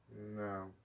No